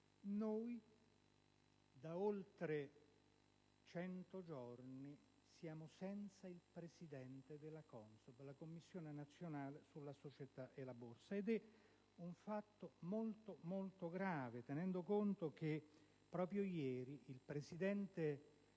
noi da oltre 100 giorni siamo senza il Presidente della CONSOB, la Commissione nazionale per le società e la borsa. Ed è un fatto molto, molto grave, tenendo conto che proprio ieri il presidente